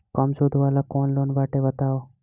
कम सूद वाला कौन लोन बाटे बताव?